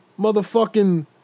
motherfucking